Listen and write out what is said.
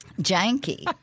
Janky